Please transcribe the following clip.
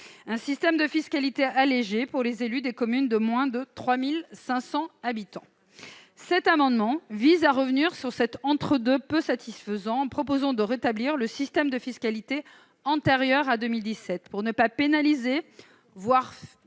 un système de fiscalité allégé pour les élus des communes de moins de 3 500 habitants. Cet amendement vise à revenir sur cet entre-deux peu satisfaisant. Il s'agit de rétablir le système de fiscalité antérieur à 2017, pour ne pas pénaliser, voire